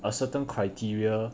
a certain criteria